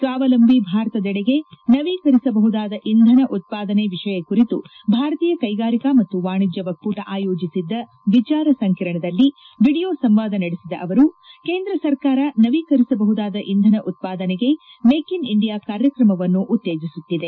ಸ್ಲಾವಲಂಬಿ ಭಾರತದೆಡೆಗೆ ನವೀಕರಿಸಬಹುದಾದ ಇಂಧನ ಉತ್ಪಾದನೆ ವಿಷಯ ಕುರಿತು ಭಾರತೀಯ ಕ್ಷೆಗಾರಿಕಾ ಮತ್ತು ವಾಣಿಜ್ಯ ಒಕ್ಕೂ ಆಯೋಜಿಸಿದ್ದ ವಿಚಾರ ಸಂಕಿರಣದಲ್ಲಿ ವೀಡಿಯೊ ಸಂವಾದ ನಡೆಸಿದ ಅವರು ಕೇಂದ್ರ ಸರ್ಕಾರ ನವೀಕರಿಸಬಹುದಾದ ಇಂಧನ ಉತ್ಸಾದನೆಗೆ ಮೇಕ್ ಇನ್ ಇಂಡಿಯಾ ಕಾರ್ಯಕ್ರಮವನ್ನು ಉತ್ತೇಜಿಸುತ್ತಿದೆ